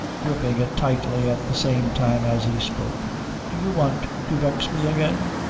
gripping it tightly at the same time as he spoke do you want to vex me again?